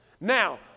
Now